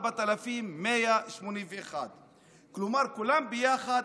4,181. כלומר, כולם ביחד,